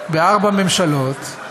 בארבע ממשלות,